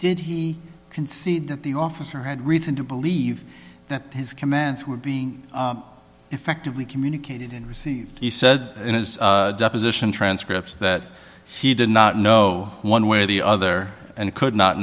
did he concede that the officer had reason to believe that his comments were being effectively communicated and received he said in his deposition transcripts that he did not know one way or the other and could not